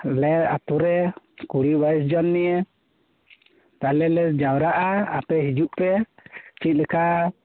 ᱟᱞᱮ ᱟ ᱛᱩᱨᱮ ᱠᱩᱲᱤ ᱵᱟᱭᱤᱥ ᱡᱚᱱ ᱱᱤᱭᱮ ᱛᱟᱦᱞᱮ ᱞᱮ ᱡᱟᱣᱨᱟᱜ ᱟ ᱟᱯᱮ ᱦᱤᱡᱩᱜ ᱯᱮ ᱪᱮᱫ ᱞᱮᱠᱟ